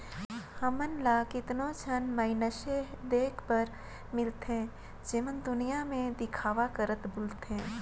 हमन ल केतनो झन मइनसे देखे बर मिलथें जेमन दुनियां में देखावा करत बुलथें